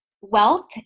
wealth